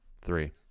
three